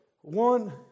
One